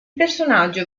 personaggio